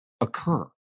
occur